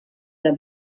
alla